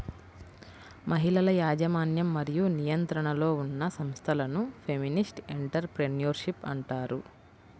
మహిళల యాజమాన్యం మరియు నియంత్రణలో ఉన్న సంస్థలను ఫెమినిస్ట్ ఎంటర్ ప్రెన్యూర్షిప్ అంటారు